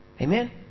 amen